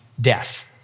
death